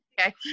Okay